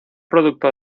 producto